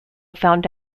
found